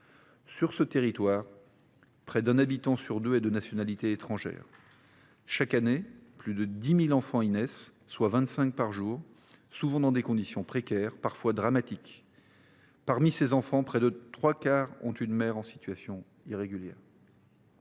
Sur ce territoire, près d’un habitant sur deux est de nationalité étrangère. Chaque année, plus de 10 000 enfants y naissent, soit vingt cinq par jour, dans des conditions souvent précaires et parfois dramatiques. Près de trois quarts d’entre eux ont une mère en situation irrégulière.